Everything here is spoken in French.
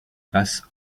passe